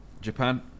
Japan